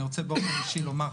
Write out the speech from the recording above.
אני רוצה באופן אישי לומר,